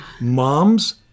moms